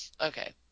Okay